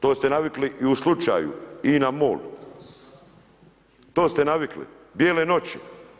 To ste navikli i u slučaju INA MOL, to ste navikli, bijele noći.